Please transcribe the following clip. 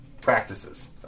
practices